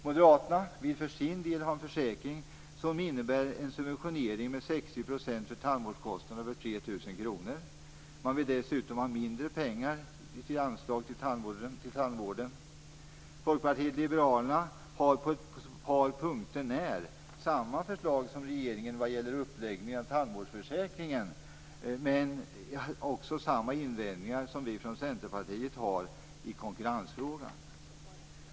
Moderaterna vill för sin del ha en försäkring som innebär en subventionering med 60 % för tandvårdskostnader över 3 000 kr. De vill dessutom att anslaget till tandvården skall vara mindre. Folkpartiet liberalerna har på ett par punkter när samma förslag som regeringen vad gäller uppläggningen av tandvårdsförsäkringen men också samma invändningar som vi från Centerpartiet har i konkurrensfrågan.